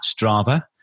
Strava